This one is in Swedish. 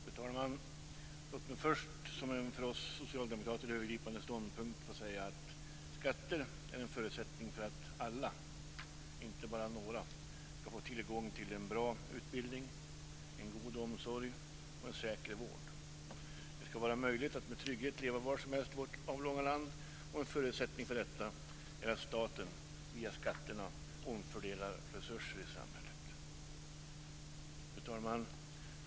Fru talman! Låt mig först, som en för oss socialdemokrater övergripande ståndpunkt, få säga att skatter är en förutsättning för att alla, inte bara några, ska få tillgång till en bra utbildning, en god omsorg och en säker vård. Det ska vara möjligt att med trygghet leva var som helst i vårt avlånga land, och en förutsättning för detta är att staten via skatterna omfördelar resurser i samhället. Fru talman!